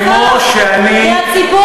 מהציבור הרחב,